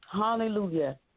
Hallelujah